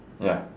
ya